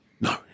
no